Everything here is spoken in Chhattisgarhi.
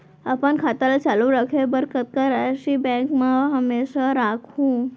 अपन खाता ल चालू रखे बर कतका राशि बैंक म हमेशा राखहूँ?